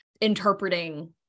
interpreting